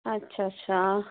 अच्छा अच्छा